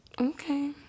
Okay